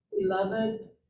Beloved